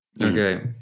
Okay